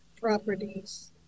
properties